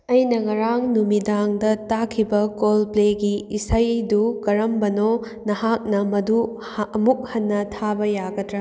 ꯑꯩꯅ ꯉꯔꯥꯡ ꯅꯨꯃꯤꯗꯥꯡꯗ ꯇꯥꯈꯤꯕ ꯀꯣꯜꯄ꯭ꯂꯦꯒꯤ ꯏꯁꯩꯗꯨ ꯀꯔꯝꯕꯅꯣ ꯅꯍꯥꯛꯅ ꯃꯗꯨ ꯑꯃꯨꯛ ꯍꯟꯅ ꯊꯥꯕ ꯌꯥꯒꯗ꯭ꯔꯥ